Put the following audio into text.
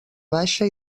baixa